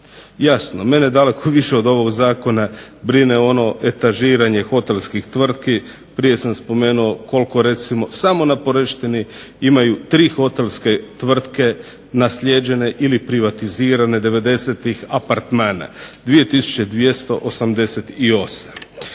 Jasno, mene daleko više od ovog zakona brine ono etažiranje hotelskih tvrtki. Prije sam spomenuo koliko recimo samo na Poreštini imaju 3 hotelske tvrtke naslijeđene ili privatizirane '90-ih apartmana, 2 288.